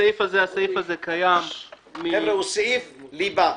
הסעיף הזה קיים --- חבר'ה, הוא סעיף ליבה.